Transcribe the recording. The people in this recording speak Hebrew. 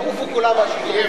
שיעופו כולם מהשלטון.